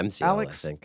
alex